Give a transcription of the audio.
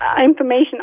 information